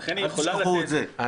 אל תשכחו את זה.